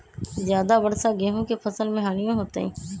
ज्यादा वर्षा गेंहू के फसल मे हानियों होतेई?